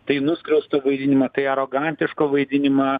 tai nuskriausto vaidinimą tai arogantiško vaidinimą